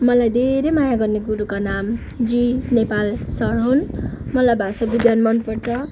मलाई धेरै माया गर्ने गुरुको नाम जी नेपाल सर हुन् मलाई भाषा विज्ञान मनपर्छ